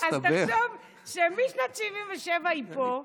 אז תחשוב שמשנת 1977 היא פה,